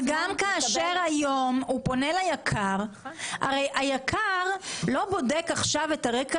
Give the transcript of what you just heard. אבל גם כאשר היום הוא פונה ליק"ר הרי היק"ר לא בודק את הרקע